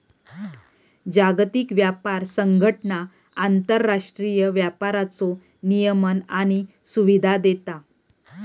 जागतिक व्यापार संघटना आंतरराष्ट्रीय व्यापाराचो नियमन आणि सुविधा देता